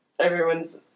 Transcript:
everyone's